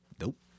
Nope